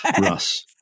Russ